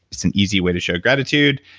it's an easy way to show gratitude.